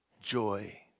Joy